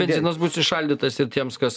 benzinas bus įšaldytas ir tiems kas